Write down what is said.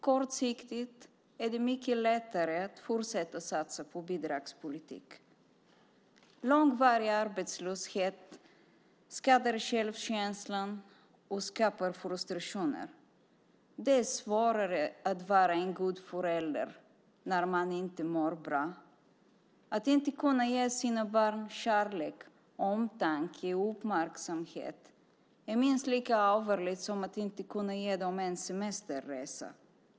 Kortsiktigt är det mycket lättare att fortsätta att satsa på bidragspolitik. Långvarig arbetslöshet skadar självkänslan och skapar frustrationer. Det är svårare att vara en god förälder när man inte mår bra. Att inte kunna ge sina barn kärlek, omtanke och uppmärksamhet är minst lika allvarligt som att inte kunna ge dem en semesterresa.